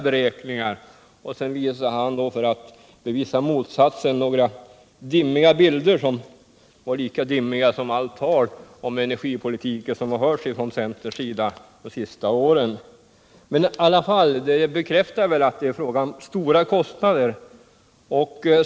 Sedan visade han några bilder som var lika dimmiga som allt det tal om energipolitiken som förts från centerns sida de senaste åren. Man får i alla fall bekräftat att det är fråga om stora kostnader.